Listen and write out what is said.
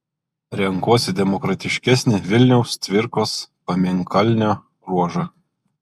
renkuosi demokratiškesnį vilniaus cvirkos pamėnkalnio ruožą